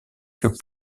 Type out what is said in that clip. que